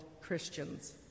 Christians